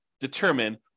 determine